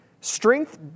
Strength